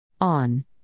On